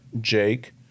Jake